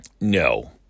No